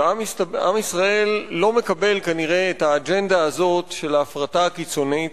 ועם ישראל לא מקבל כנראה את האג'נדה הזאת של ההפרטה הקיצונית.